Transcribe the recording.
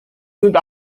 sind